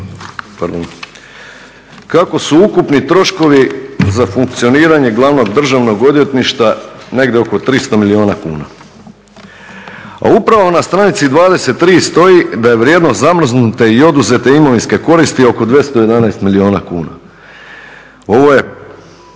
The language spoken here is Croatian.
kako su ukupni troškovi za funkcioniranje Glavnog državnog odvjetništva negdje oko 300 milijuna kuna, a upravo na stranici 23. stoji da je vrijednost zamrznute i oduzete imovinske koristi oko 211 milijuna kuna. Ovo je,